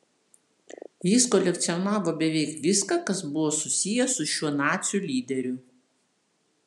jis kolekcionavo beveik viską kas buvo susiję su šiuo nacių lyderiu